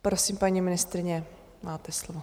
Prosím, paní ministryně, máte slovo.